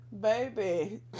Baby